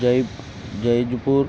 Jai Jaipur